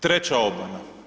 Treća obmana.